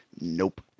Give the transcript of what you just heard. Nope